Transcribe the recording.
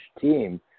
team